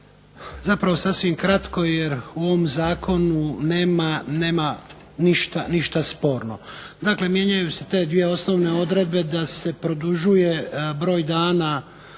Zapravo sasvim kratko, jer u ovom Zakonu nema ništa sporno. Dakle, mijenjaju se te dvije osnovne odredbe da se produžuje broj dana